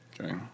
okay